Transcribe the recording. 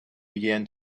began